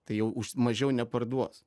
tai jau už mažiau neparduos